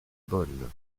bonne